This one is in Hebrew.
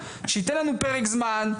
שייתן לנו פרק זמן,